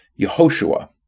Yehoshua